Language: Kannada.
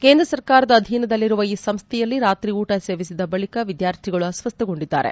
ಕೇಂದ್ರ ಸರ್ಕಾರದ ಅಧೀನದಲ್ಲಿರುವ ಈ ಸಂಸ್ವೆಯಲ್ಲಿ ರಾತ್ರಿ ಊಟ ಸೇವಿಸಿದ ಬಳಿಕ ವಿದ್ಯಾರ್ಥಿಗಳು ಅಸ್ವಸ್ಥಗೊಂಡಿದ್ದಾರೆ